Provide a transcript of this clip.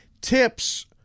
Tips